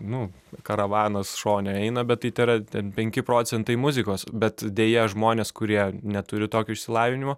nu karavanas šone eina bet tai tėra ten penki procentai muzikos bet deja žmonės kurie neturi tokio išsilavinimo